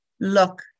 Look